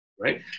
right